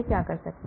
क्या कर सकते हैं